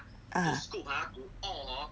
ah